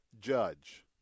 judge